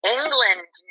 England